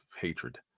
hatred